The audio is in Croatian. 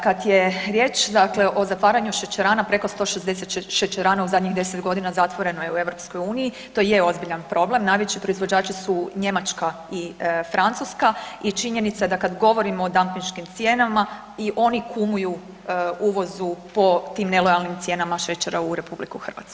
Kad je riječ dakle o zatvaranju šećerana preko 164 šećerane u zadnjih 10 g. zatvoreno je u EU-u, to je ozbiljan problem, najveći proizvođači su Njemačka i Francuska i činjenica kad govorimo o dampinškim cijenama, i oni kumuju uvozu po tim nelojalnim cijenama šećera u RH.